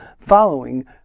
following